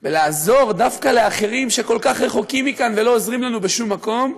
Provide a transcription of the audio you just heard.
ולעזור דווקא לאחרים שכל כך רחוקים מכאן ולא עוזרים לנו בשום מקום,